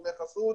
דמי חסות,